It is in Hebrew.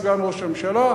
סגן ראש הממשלה,